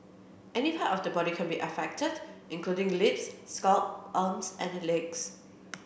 any part of the body can be affected including lips scalp arms and legs